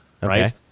right